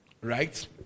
Right